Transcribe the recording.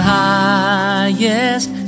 highest